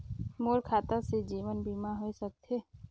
मोर खाता से जीवन बीमा होए सकथे?